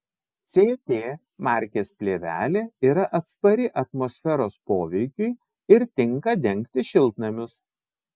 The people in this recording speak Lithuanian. ct markės plėvelė yra atspari atmosferos poveikiui ir tinka dengti šiltnamius